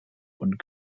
und